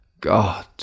God